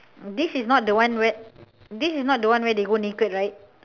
this is not the one where this is not the one where they go naked right